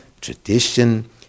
tradition